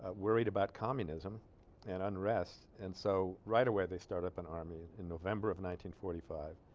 worried about communism and unrest and so right away they start up an army in november of nineteen forty five